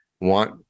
want